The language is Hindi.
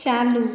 चालू